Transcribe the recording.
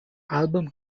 album